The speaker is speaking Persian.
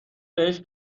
بهش